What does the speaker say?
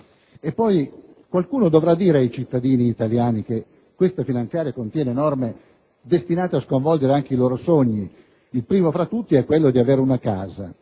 spese. Qualcuno dovrà dire ai cittadini italiani che questa finanziaria contiene norme destinate a sconvolgere anche i loro sogni e, primo fra tutti, quello di avere una casa.